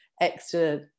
extra